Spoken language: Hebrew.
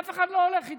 אף אחד לא הולך איתו.